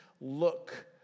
look